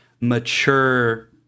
mature